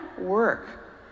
work